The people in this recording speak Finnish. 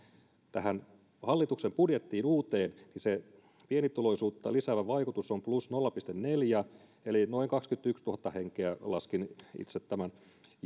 tähän hallituksen uuteen budjettiin pienituloisuutta lisäävä vaikutus on plus nolla pilkku neljä eli noin kaksikymmentätuhatta henkeä laskin itse tämän